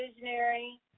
visionary